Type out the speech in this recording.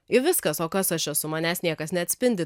ir viskas o kas aš esu manęs niekas neatspindi